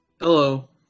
Hello